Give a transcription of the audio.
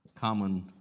common